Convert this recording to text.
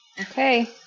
okay